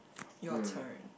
your turn